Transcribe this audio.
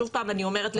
עוד פעם אני אומרת,